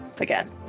again